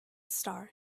star